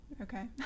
okay